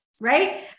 right